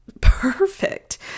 perfect